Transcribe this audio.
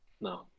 no